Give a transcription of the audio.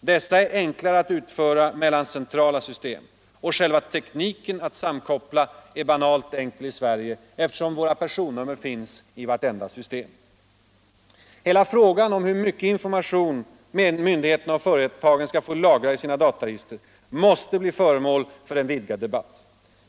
Dessa är enklare att utföra mellan centrala system. Själva tekniken att samkoppla är banalt enkel i Sverige eftersom våra personnummer finns i varje system. Hela frågan om hur mycket information myndigheterna och företagen skall få lagra i sina dataregister måste bli föremål för en vidgad debatt.